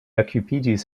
okupiĝis